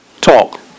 talk